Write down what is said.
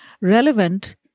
relevant